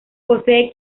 posee